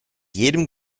jedem